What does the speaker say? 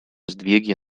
сдвиги